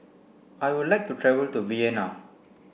I would like to travel to Vienna